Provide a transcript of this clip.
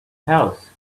house